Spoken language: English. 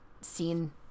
seen